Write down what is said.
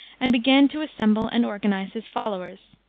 and began to assemble and organize his followers.